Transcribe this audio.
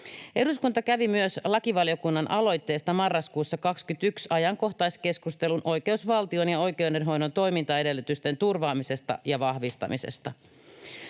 Eduskunta kävi myös lakivaliokunnan aloitteesta marraskuussa 21 ajankohtaiskeskustelun oikeusvaltion ja oikeudenhoidon toimintaedellytysten turvaamisesta ja vahvistamisesta.